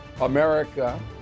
America